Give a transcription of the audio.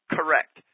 Correct